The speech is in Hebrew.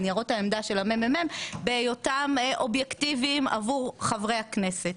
ניירות העמדה של המ.מ.מ בהיותם אובייקטיביים עבור חברי הכנסת.